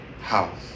house